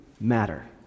matter